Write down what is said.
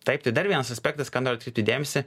taip tai dar vienas aspektas ką noriu atkreipti dėmesį